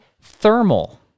thermal